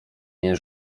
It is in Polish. nie